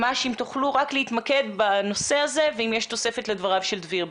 ממש אם תוכלו רק להתמקד בנושא הזה ואם יש תוספת לדבריו של דביר.